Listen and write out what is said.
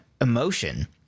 emotion